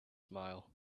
smile